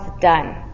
done